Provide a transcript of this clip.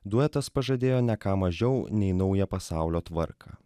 duetas pažadėjo ne ką mažiau nei naują pasaulio tvarką